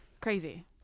crazy